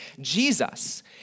Jesus